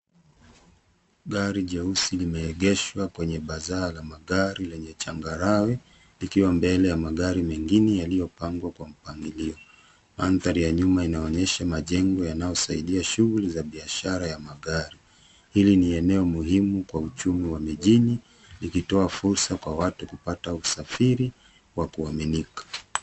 Gari jeusi limeegeshwa kwenye bazaar la magari lenye changarawe ikiwa mbele ya magari mengine yaliyopangwa kwa mpangilio. Mandhari ya nyuma inaonyesha majengo yanayosaidia shughuli za biashara ya magari. Hili ni eneo muhimu kwa uchumi wa mijini likitoa fursa kwa watu kupata usafiri wa kuaminika.